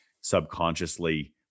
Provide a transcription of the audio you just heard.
subconsciously